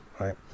Right